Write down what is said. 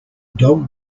dog